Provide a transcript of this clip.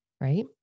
right